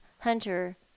hunter